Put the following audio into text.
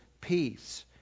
peace